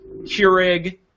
Keurig